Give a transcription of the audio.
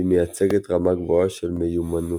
והיא מייצגת רמה גבוהה של מיומנות.